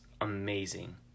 amazing